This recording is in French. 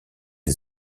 des